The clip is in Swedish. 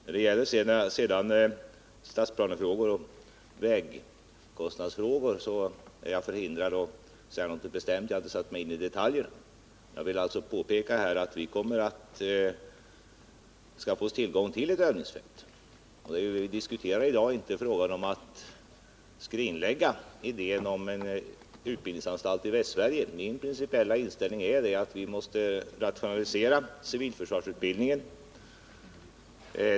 När det sedan gäller stadsplaneoch vägkostnadsfrågor är jag förhindrad att säga något bestämt. Jag har inte satt mig in i detaljer. Jag vill alltså påpeka att vi kommer att skaffa oss tillgång till ett övningsfält. Det vi diskuterar i dag är inte frågan om att skrinlägga idén om en utbildningsanstalt i Västsverige. Min principiella inställning är att vi måste rationalisera civilförsvarsutbildningen.